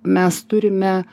mes turime